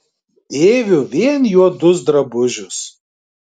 dėviu vien juodus drabužius